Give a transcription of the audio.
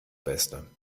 beste